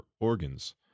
organs